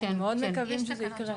אנחנו מאוד מקווים שזה יקרה.